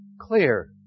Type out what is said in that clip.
clear